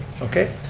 okay,